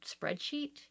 spreadsheet